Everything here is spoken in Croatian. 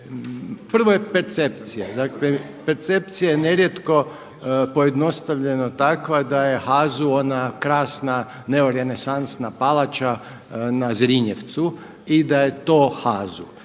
Prvo je percepcija, dakle percepcija je ne rijetko pojednostavljeno takva da je HAZU ona krasna, neorenesansna palača na Zrinjevcu i da je to HAZU.